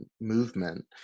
movement